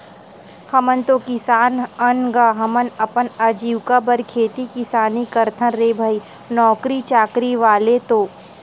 हमन तो किसान अन गा, हमन अपन अजीविका बर खेती किसानी करथन रे भई नौकरी चाकरी वाले तो नोहन गा